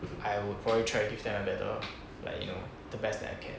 I would probably try to give them a better like you know the best that I can